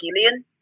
Gillian